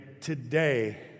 today